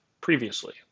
previously